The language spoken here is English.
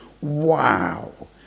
wow